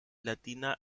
latina